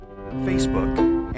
facebook